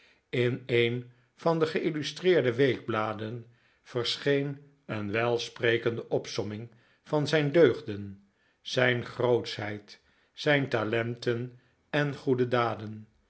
in een van de gei'llustreerde weekbladen verscheen een welsprekende opsomming van zijn deugden zijn grootschheid zijn talenten en goede daden